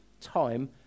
time